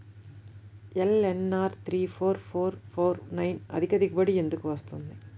LNR three four four four nine అధిక దిగుబడి ఎందుకు వస్తుంది?